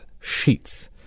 sheets